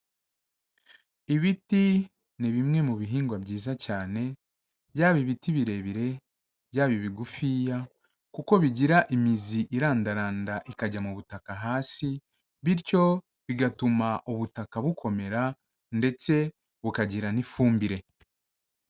Ibiti ni bimwe mu bihingwa byiza cyane, byaba ibiti birebire, byaba ibigufiya, kuko bigira imizi irandaranda ikajya mu butaka hasi, bityo bigatuma ubutaka bukomera ndetse bukagira n'ifumbire.